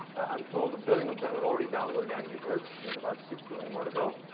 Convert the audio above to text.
i am told a billion of them have already downloaded angry birds. there's about six billion more to go,